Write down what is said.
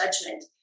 judgment